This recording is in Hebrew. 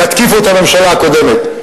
יתקיפו את הממשלה הקודמת.